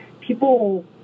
people